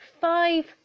five